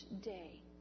day